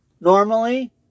Normally